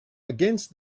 against